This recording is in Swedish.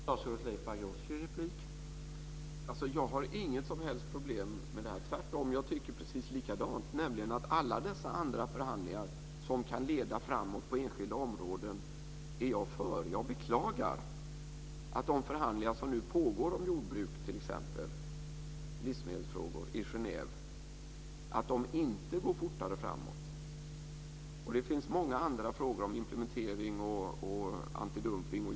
Herr talman! Jag har inget som helst problem med det här, tvärtom. Jag tycker precis likadant. Jag är nämligen för alla dessa andra förhandlingar som kan leda framåt på enskilda området. Jag beklagar att de förhandlingar som nu pågår om t.ex. jordbruks och livsmedelsfrågor i Genève inte går fortare framåt. Det finns många andra frågor om implementering och antidumpning.